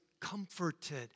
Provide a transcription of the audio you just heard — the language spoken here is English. Comforted